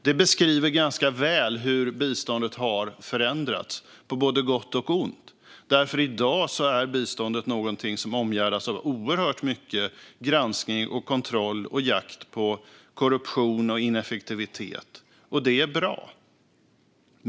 Det beskriver ganska väl hur biståndet har förändrats på både gott och ont. I dag är biståndet nämligen någonting som omgärdas av oerhört mycket granskning, kontroll och jakt på korruption och ineffektivitet. Det är bra.